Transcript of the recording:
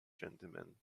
gentlemen